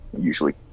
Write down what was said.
usually